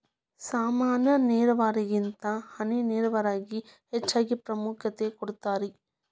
ಸಾಮಾನ್ಯ ನೇರಾವರಿಗಿಂತ ಹನಿ ನೇರಾವರಿಗೆ ಹೆಚ್ಚ ಪ್ರಾಮುಖ್ಯತೆ ಕೊಡ್ತಾರಿ